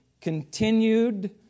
continued